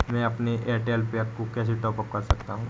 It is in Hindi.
मैं अपने एयरटेल पैक को कैसे टॉप अप कर सकता हूँ?